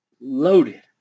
loaded